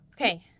okay